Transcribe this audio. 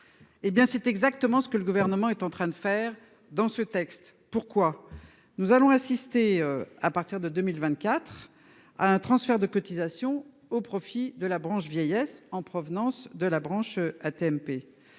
C'est exactement ce que le Gouvernement est en train de faire au travers de ce projet de loi. Nous assisterons, à partir de 2024, à un transfert de cotisations au profit de la branche vieillesse en provenance de la branche AT-MP